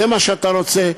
זה מה שאתה רוצה?